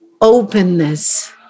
openness